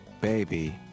baby